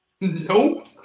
Nope